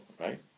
right